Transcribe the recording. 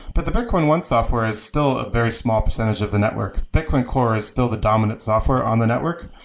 but the bitcoin one software is still a very small percentage of the network. bitcoin core is still the dominant software on the network.